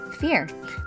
fear